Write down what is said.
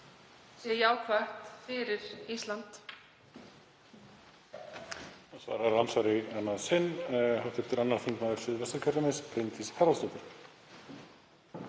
jákvætt fyrir Ísland?